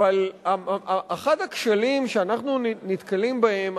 אבל אחד הכשלים שאנחנו נתקלים בהם,